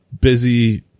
busy